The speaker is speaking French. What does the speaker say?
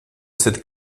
cette